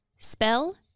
Spell